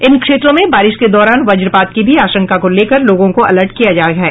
इन क्षेत्रों में बारिश के दौरान वज्रपात की भी आशंका को लेकर लोगों को अलर्ट किया गया है